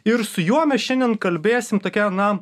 ir su juo mes šiandien kalbėsim tokia na